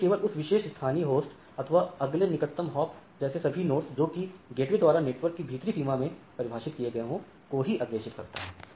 तो यह केवल उस विशेष स्थानीय होस्ट अथवा अगले निकटतम हॉप जैसे सभी नोड्स जो कि gateway द्वारा नेटवर्क की भीतरी सीमा में परिभाषित यह गए हों को ही अग्रेषित करता है